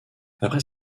après